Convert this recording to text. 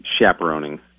chaperoning